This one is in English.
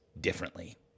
differently